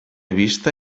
vista